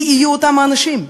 מי יהיו אותם האנשים?